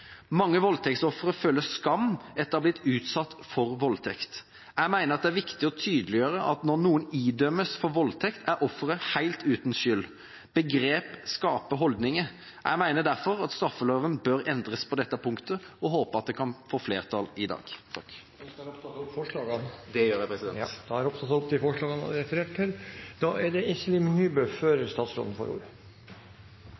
Mange voldtektsofre føler skam etter å ha blitt utsatt for voldtekt. Jeg mener det er viktig å tydeliggjøre at når noen dømmes for voldtekt, er offeret helt uten skyld. Begreper skaper holdninger. Jeg mener derfor at straffeloven bør endres på dette punktet, og håper at det kan få flertall i dag. Jeg tar opp forslagene fra Kristelig Folkeparti. Da har representanten Kjell Ingolf Ropstad tatt opp de forslagene han refererte til.